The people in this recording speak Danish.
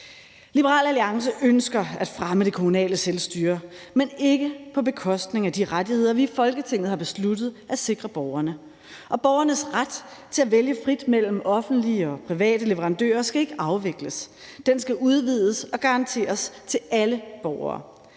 Liberal Alliance ønsker at fremme det kommunale selvstyre, men ikke på bekostning af de rettigheder, vi i Folketinget har besluttet at sikre borgerne, og borgernes ret til at vælge frit mellem offentlige og private leverandører skal ikke afvikles. Den skal udvides og garanteres til alle borgere.